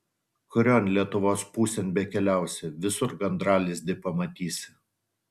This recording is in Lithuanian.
kurion lietuvos pusėn bekeliausi visur gandralizdį pamatysi